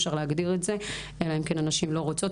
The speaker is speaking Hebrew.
אפשר להגדיר את זה, אלא אם כן הנשים לא רוצות.